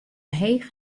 heech